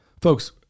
Folks